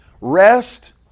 Rest